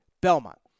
Belmont